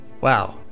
Wow